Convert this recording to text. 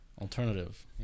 Alternative